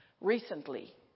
recently